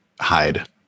hide